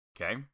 okay